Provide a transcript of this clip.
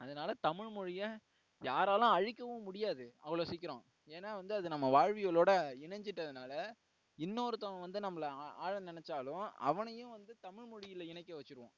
அதனால் தமிழ் மொழியை யாராலும் அழிக்கவும் முடியாது அவ்வளோ சீக்கிரம் ஏன்னா வந்து அது நம்ம வாழ்வியலோடு இணைஞ்சிட்டதுனால இன்னொருத்தன் வந்து நம்மளை ஆள நெனைச்சாலும் அவனையும் வந்து தமிழ் மொழியில் இணைக்க வச்சிடுவோம்